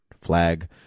flag